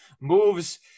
moves